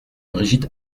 brigitte